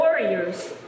warriors